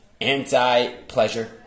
anti-pleasure